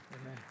Amen